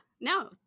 No